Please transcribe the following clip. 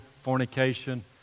fornication